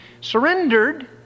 surrendered